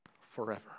forever